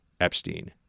Epstein